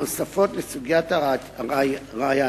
הנוספות על הסוגיות הראייתיות.